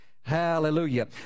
Hallelujah